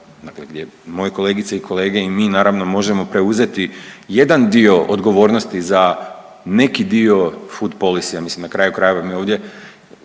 gdje moje kolegice i kolege i mi naravno možemo preuzeti jedan dio odgovornosti za neki dio Foodpolis ja mislim na kraju krajeva mi ovdje,